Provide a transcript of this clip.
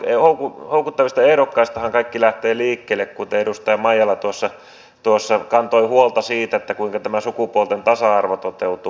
tietysti houkuttelevista ehdokkaistahan kaikki lähtee liikkeelle kuten edustaja maijala kantoi huolta siitä kuinka tämä sukupuolten tasa arvo toteutuu